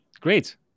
great